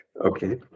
Okay